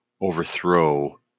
overthrow